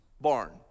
barn